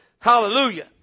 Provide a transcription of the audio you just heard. Hallelujah